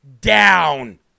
down